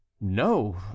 no